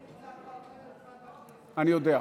אבל אני נמצא הרבה זמן בכנסת, אני יודע.